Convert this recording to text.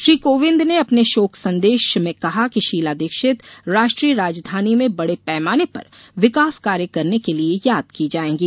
श्री कोविंद ने अपने शोक संदेश में कहा कि शीला दीक्षित राष्ट्रीय राजधानी में बड़े पैमाने पर विकास कार्य करने के लिए याद की जाएंगी